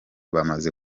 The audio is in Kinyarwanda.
bamaze